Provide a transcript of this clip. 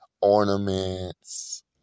ornaments